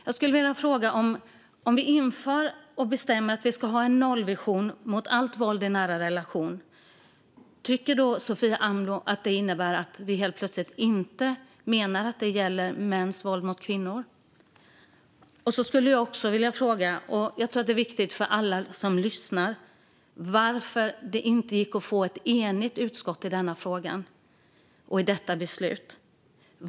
Jag skulle vilja fråga: Om vi bestämmer att vi ska ha en nollvision mot allt våld i nära relationer, tycker då Sofia Amloh att det innebär att vi helt plötsligt inte menar att det gäller mäns våld mot kvinnor? Jag skulle också vilja fråga - och detta tror jag är viktigt för alla som lyssnar - varför det inte gick att få ett enigt utskott i denna fråga och detta beslut.